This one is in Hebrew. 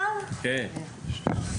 חשוב שהם יגיבו למה שאביבית אמרה,